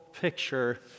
picture